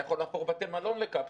אתה יכול להפוך בתי מלון לקפסולות.